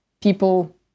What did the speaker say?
people